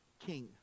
king